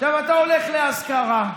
אתה הולך לאזכרה,